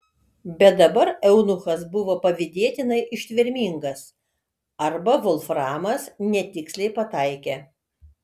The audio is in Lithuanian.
bet arba eunuchas buvo pavydėtinai ištvermingas arba volframas netiksliai pataikė